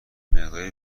مقداری